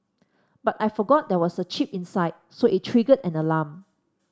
but I forgot there was a chip inside so it triggered an alarm